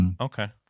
Okay